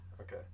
Okay